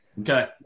Okay